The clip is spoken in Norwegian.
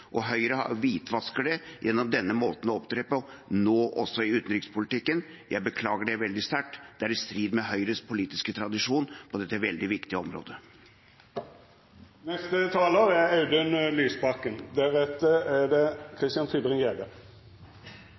og Høyre hvitvasker det gjennom denne måten å opptre på, nå også i utenrikspolitikken. Jeg beklager det veldig sterkt. Det er i strid med Høyres politiske tradisjon på dette veldig viktige